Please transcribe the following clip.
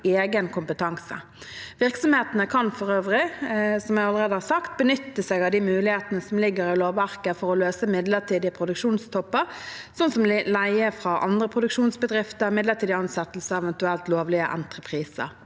egen kompetanse. Virksomhetene kan for øvrig, som jeg allerede har sagt, benytte seg av de mulighetene som ligger i lovverket for å løse midlertidige produksjonstopper, som leie fra andre produksjonsbedrifter, midlertidig ansettelse og eventuelt lovlige entrepriser.